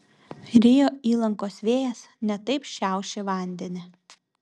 rio įlankos vėjas ne taip šiaušė vandenį